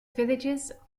villages